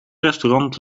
restaurant